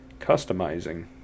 customizing